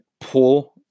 pull